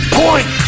point